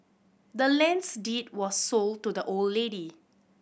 the land's deed was sold to the old lady